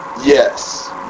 yes